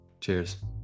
Cheers